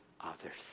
others